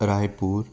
Raipur